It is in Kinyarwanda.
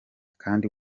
kandi